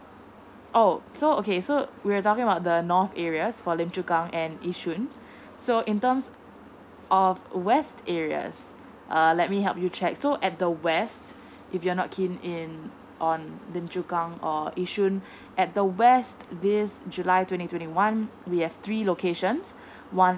oh so okay so we're talking about the north areas for lim chu kang and yishun so in terms of west areas err let me help you check so at the west if you're not keen in on lim chu kang or yishun at the west this july twenty twenty one we have three locations one